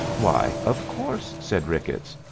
why, of course, said ricketts.